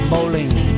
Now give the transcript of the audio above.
Bowling